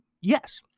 Yes